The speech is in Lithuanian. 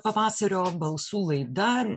pavasario balsų laida